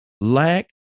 lack